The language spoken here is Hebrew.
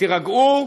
תירגעו,